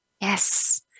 Yes